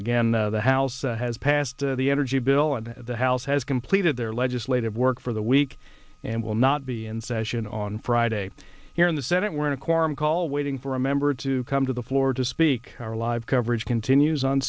again the house has passed the energy bill and the house has completed their legislative work for the week and will not be in session on friday here in the senate we're in a quorum call waiting for a member to come to the floor to speak our live coverage continues on